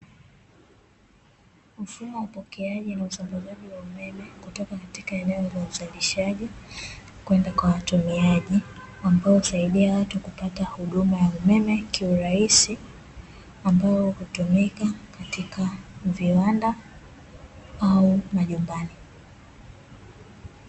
Mfumo wa upokeaji na usambazaji wa umeme kutoka katika eneo la uzalishaji kwenda kwa watumiaji, ambao husaidia watu kupata huduma ya umeme kiurahisi ambao hutumika katika viwanda au majumbani.